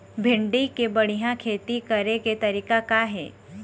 भिंडी के बढ़िया खेती करे के तरीका का हे?